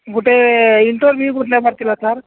ଗୋଟେ ଇଣ୍ଟରଭ୍ୟୁ ନେବାର ଥିଲା ସାର୍